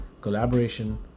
collaboration